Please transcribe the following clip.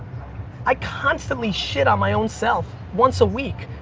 i constantly shit on my own self once a week.